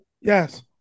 Yes